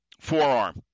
forearm